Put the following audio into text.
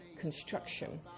construction